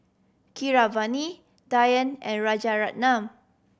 Keeravani Dhyan and Rajaratnam